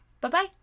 Bye-bye